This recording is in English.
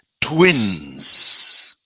twins